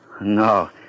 No